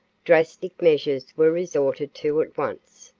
drastic measures were resorted to at once.